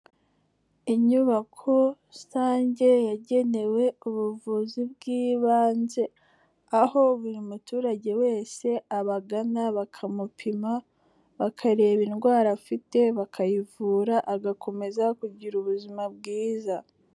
Inyubako rusange yagenewe ubuvuzi bw'ibanze, aho buri muturage wese abagana bakamupima bakareba indwara afite bakayivura, agakomeza kugira ubuzima bwiza.